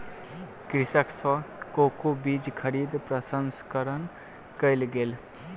कृषक सॅ कोको बीज खरीद प्रसंस्करण कयल गेल